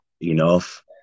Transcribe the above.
enough